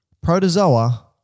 protozoa